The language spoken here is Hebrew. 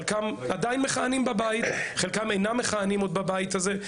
חלקם עדיין מכהנים בבית וחלקם אינם מכהנים עוד בבית הזה,